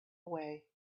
away